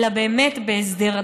אלא באמת בהסדר.